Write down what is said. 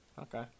Okay